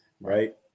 Right